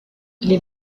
les